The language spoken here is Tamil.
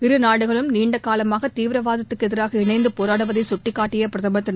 இருநாடுகளும்நீண்டகாலமாகதீவிரவாதத்துக்குஎதிராகஇணைந்துபோராடு வதைசுட்டிக்காட்டியபிரதமர்திரு